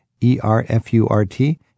E-R-F-U-R-T